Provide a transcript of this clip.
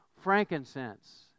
Frankincense